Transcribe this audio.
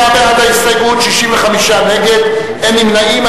38 בעד ההסתייגות, 65 נגד, אין נמנעים.